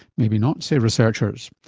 maybe not say researchers.